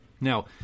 Now